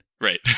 Right